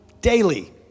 daily